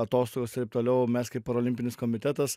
atostogos taip toliau mes kaip parolimpinis komitetas